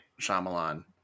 Shyamalan